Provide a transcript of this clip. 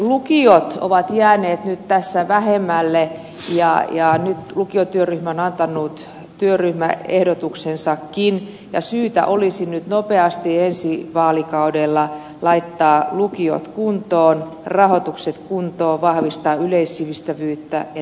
lukiot ovat jääneet nyt tässä vähemmälle ja nyt lukiotyöryhmä on antanut ehdotuksensakin ja syytä olisi nyt nopeasti ensi vaalikaudella laittaa lukiot kuntoon rahoitukset kuntoon vahvistaa yleissivistävyyttä ja niin edelleen